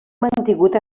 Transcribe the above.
mantingut